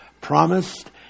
promised